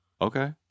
Okay